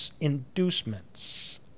inducements